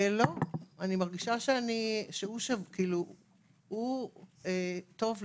לא, הוא טוב לו,